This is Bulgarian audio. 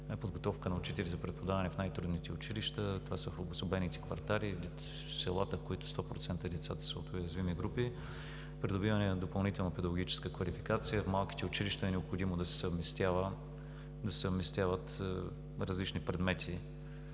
подготовка на учители за преподаване в най-трудните училища, това са в обособените квартали, в селата, в които децата 100% са от уязвими групи. Придобиване на допълнителна педагогическа квалификация. В малките училища е необходимо да се съвместяват различни предмети,